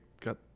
got